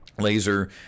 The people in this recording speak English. laser